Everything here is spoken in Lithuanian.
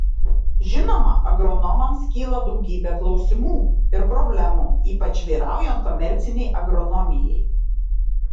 žinoma agronomams kyla daugybė klausimų ir problemų ypač vyraujant komercinei agronomijai